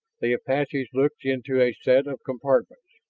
the apaches looked into a set of compartments,